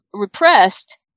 repressed